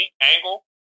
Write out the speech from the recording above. angle